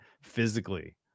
physically